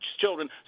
children